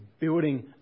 building